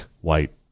white